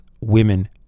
women